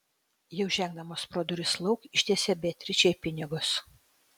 jau žengdamas pro duris lauk ištiesė beatričei pinigus